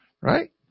right